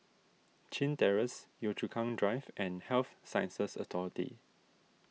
Chin Terrace Yio Chu Kang Drive and Health Sciences Authority